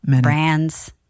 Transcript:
brands